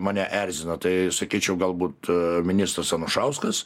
mane erzina tai sakyčiau galbūt ministras anušauskas